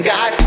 God